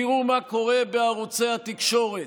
תראו מה קורה בערוצי התקשורת,